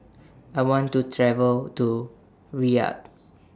I want to travel to Riyadh